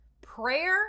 Prayer